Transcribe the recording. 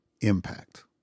impact